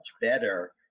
better